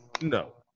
no